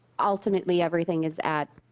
ultimately everything is at